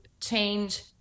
change